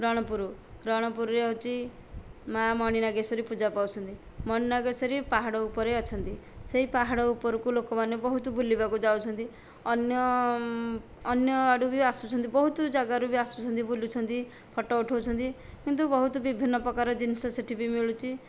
ରଣପୁର ରଣପୁରରେ ହେଉଛି ମା' ମଣିନାଗେଶ୍ୱରୀ ପୂଜା ପାଉଛନ୍ତି ମଣି ନାଗେଶ୍ୱରି ପାହାଡ଼ ଉପରେ ଅଛନ୍ତି ସେହି ପାହାଡ଼ ଉପରକୁ ଲୋକମାନେ ବହୁତ ବୁଲିବାକୁ ଯାଉଛନ୍ତି ଅନ୍ୟ ଅନ୍ୟ ଆଡ଼ୁ ବି ଆସୁଛନ୍ତି ବହୁତ ଜାଗାରୁ ବି ଆସୁଛନ୍ତି ବୁଲୁଛନ୍ତି ଫୋଟୋ ଉଠଉଛନ୍ତି କିନ୍ତୁ ବହୁତ ବିଭିନ୍ନ ପ୍ରକାର ଜିନିଷ ସେଠି ବି ମିଳୁଛି